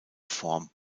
form